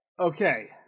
Okay